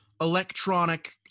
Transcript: electronic